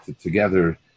together